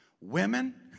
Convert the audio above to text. Women